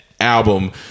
album